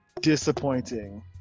Disappointing